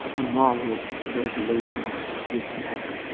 a moral resolution of this matter.